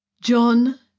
John